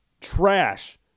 Trash